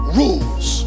rules